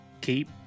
Keep